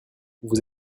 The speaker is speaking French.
vous